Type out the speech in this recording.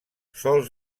sol